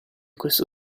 questo